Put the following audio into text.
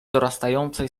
dorastającej